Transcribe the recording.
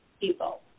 people